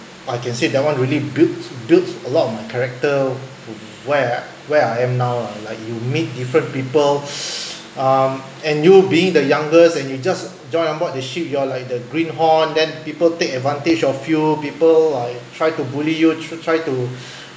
I can say that one really built built a lot of my character where where I am now ah like you meet different people um and you being the youngest and you just join on board the ship you are like the greenhorn then people take advantage of you people like try to bully you t~ try to